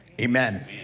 amen